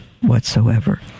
whatsoever